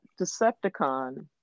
Decepticon